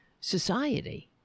society